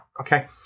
okay